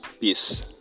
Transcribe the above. peace